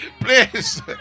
Please